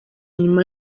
nyuma